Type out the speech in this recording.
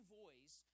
voice